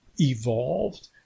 evolved